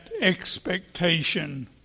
expectation